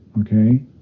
okay